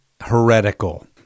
heretical